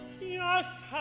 Yes